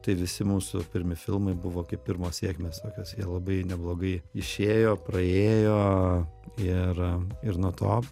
tai visi mūsų pirmi filmai buvo kaip pirmos sėkmės tokios jie labai neblogai išėjo praėjo ir ir nuo to